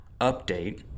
Update